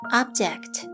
object